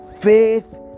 faith